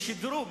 שידרו,